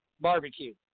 barbecue